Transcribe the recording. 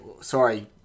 sorry